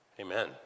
Amen